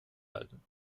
halten